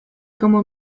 como